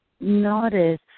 notice